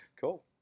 cool